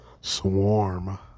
swarm